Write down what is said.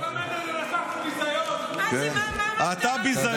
ביזיון, אתה ביזיון.